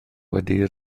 wedi